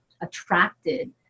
attracted